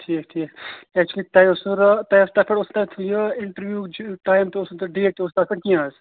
ٹھیٖک ٹھیٖک ایٚکچُولی تۅہہِ اوسوٕ راتتھ تتھ پیٚٹھ اوسوٕ تۄہہِ یہِ اِنٹڑیوو ٹایِم تہٕ اوس نہٕ تَتھ ڈیٹ تہِ اوس نہٕ تَتھ پیٚٹھ کیٚنٛہہ حظ